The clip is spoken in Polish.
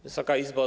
Wysoka Izbo!